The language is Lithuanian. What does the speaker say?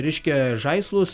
reiškia žaislus